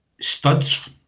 Studs